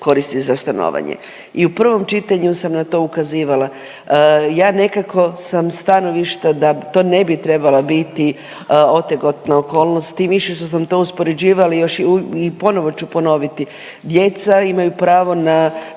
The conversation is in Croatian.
koristi za stanovanje. I u prvom čitanju sam na to ukazivala, ja nekako sam stanovništva da to ne trebala biti otegotna okolnost tim više što sam to uspoređivala i još ponovo ću ponoviti, djeca imaju pravo na